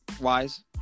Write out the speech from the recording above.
wise